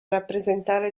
rappresentare